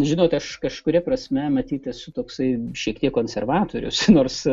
žinote aš kažkuria prasme matyt esu toksai šiek tiek konservatorius nors